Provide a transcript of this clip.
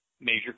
major